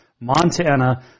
Montana